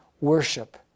worship